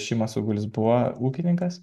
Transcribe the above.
šimas augulis buvo ūkininkas